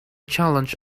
challenge